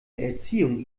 erziehung